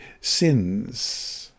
sins